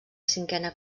cinquena